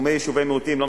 בתחומי יישובי מיעוטים,